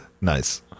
nice